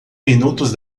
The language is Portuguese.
minutos